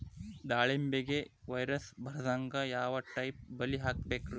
ದಾಳಿಂಬೆಗೆ ವೈರಸ್ ಬರದಂಗ ಯಾವ್ ಟೈಪ್ ಬಲಿ ಹಾಕಬೇಕ್ರಿ?